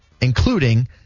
including